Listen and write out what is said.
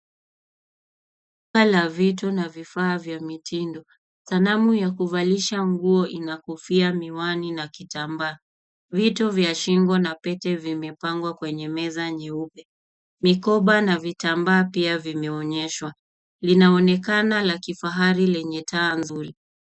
Duka la vitu na vifaa vya mitindo. Sanamu ya kuvalisha nguo ina kofia, miwani na kitambaa. Vitu vya shingo na pete vimepangwa kwenye meza nyeupe. Mikoba na vitambaa pia vimeoanyeshwa. Linaonekana la kifahari lenye taa nzuri.